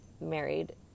married